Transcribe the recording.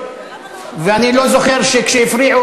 ואני לא זוכר שכשהפריעו,